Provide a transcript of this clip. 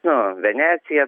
nu venecija